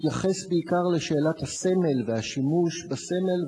התייחס בעיקר לשאלת הסמל והשימוש בסמל.